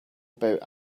about